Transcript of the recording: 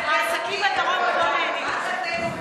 העסקים בדרום עוד לא נהנים מזה.